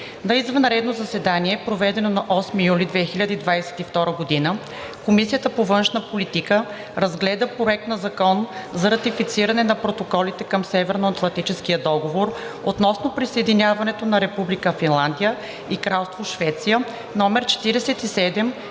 На извънредно заседание, проведено на 8 юли 2022 г., Комисията по външна политика разгледа проект на Закон за ратифициране на протоколите към Северноатлантическия договор относно присъединяването на Република Финландия и Кралство Швеция, №